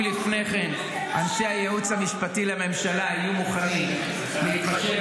אם לפני כן אנשי הייעוץ המשפטי לממשלה יהיו מוכנים להתפשר,